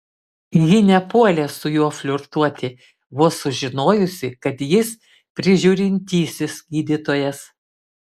ji nepuolė su juo flirtuoti vos sužinojusi kad jis prižiūrintysis gydytojas